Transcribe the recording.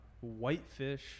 Whitefish